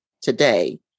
today